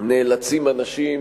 נאלצים אנשים